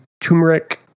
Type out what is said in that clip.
turmeric